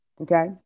Okay